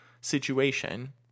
situation